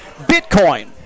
Bitcoin